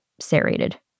serrated